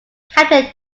captain